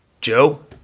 Joe